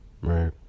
Right